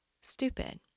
stupid